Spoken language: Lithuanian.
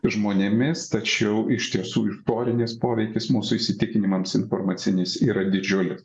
žmonėmis tačiau iš tiesų istorinis poveikis mūsų įsitikinimams informacinis yra didžiulis